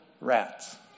Rats